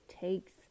takes